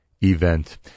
event